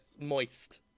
moist